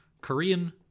korean